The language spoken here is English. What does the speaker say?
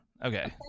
Okay